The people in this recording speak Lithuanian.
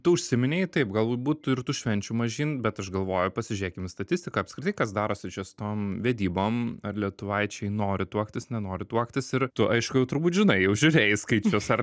tu užsiminei taip galbūt ir tų švenčių mažyn bet aš galvoju pasižiūrėkim į statistiką apskritai kas darosi čia su tom vedybom ar lietuvaičiai nori tuoktis nenori tuoktis ir tu aišku turbūt žinai jau žiūrėjai skaičius ar